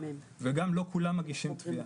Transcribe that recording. וגם לא כולם מגישים תביעה.